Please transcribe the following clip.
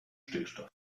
stickstoff